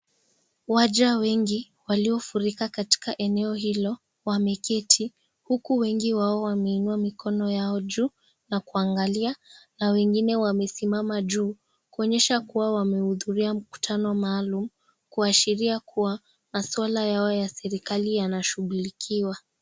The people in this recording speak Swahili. Waja wengi waliofurika katika eneo hilo wameketi huku wengi wameinua mikono yao juu na kuangalia na wengine wamesimama juu kuonyesha kuwa wamehudhuria mkutano maalum, kushiria kuwa maswala Yao ya serikali yanashughulikiwa.